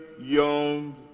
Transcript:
young